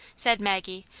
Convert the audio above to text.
said maggie,